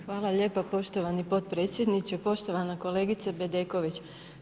Hvala lijepo poštovani potpredsjedniče, poštovana kolegice Bedeković.